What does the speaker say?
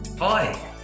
Hi